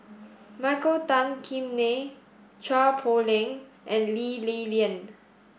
Michael Tan Kim Nei Chua Poh Leng and Lee Li Lian